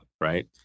right